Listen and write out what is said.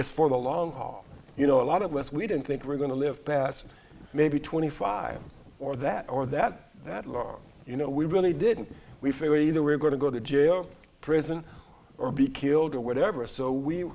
is for the long haul you know a lot of us we don't think we're going to live past maybe twenty five or that or that that long you know we really didn't we figured either we're going to go to jail or prison or be killed or whatever so we